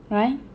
kan